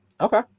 Okay